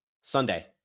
Sunday